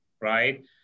right